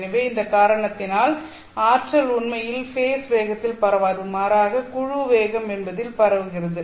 எனவே இந்த காரணத்தினால் ஆற்றல் உண்மையில் ஃபேஸ் வேகத்தில் பரவாது மாறாக குழு வேகம் என்பதில் பரவுகிறது